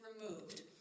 removed